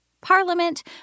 Parliament